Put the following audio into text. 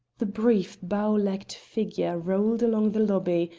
the brief bow-legged figure rolled along the lobby,